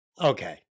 Okay